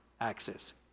axis